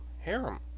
harem